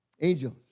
angels